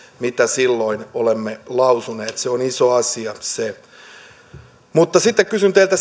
mitä silloin olemme lausuneet se on iso asia se mutta sitten kysyn teiltä